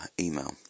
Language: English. email